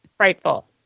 Frightful